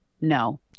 No